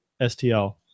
STL